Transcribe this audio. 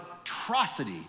atrocity